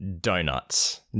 Donuts